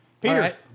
Peter